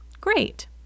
great